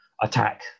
attack